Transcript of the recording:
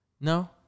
No